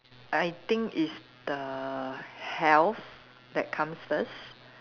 I think is the health that comes first